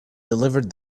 delivered